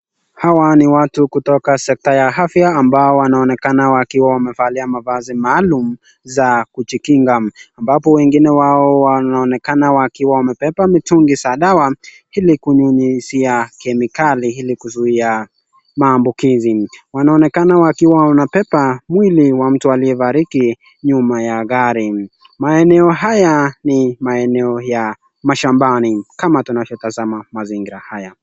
Hawa ni watu kutoka sekta ya afya ambao wanaonekana wakiwa wamevalia mavazi maalum za kujikinga, ambapo wengine wao wanaonekana wakiwa wamebeba mitungi za dawa, ili kunyunyuzia kemikali ili kuzuia maambukizi, wanaonekana wakiwa wanabeba mwili wa mtu aliyefariki nyuma ya gari, maeneo haya ni maeneo ya mashambani kama tunavyotazama mazingira haya.